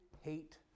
hate